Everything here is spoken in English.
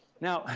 now